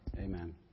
Amen